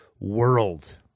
World